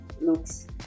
looks